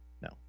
No